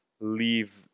leave